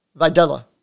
Videla